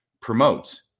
promotes